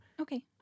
Okay